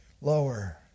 lower